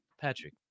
Patrick